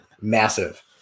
massive